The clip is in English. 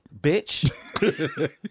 bitch